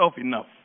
enough